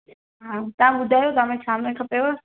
हा तव्हां ॿुधायो तव्हां में छा में खपेव